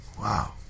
wow